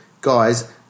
guys